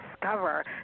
discover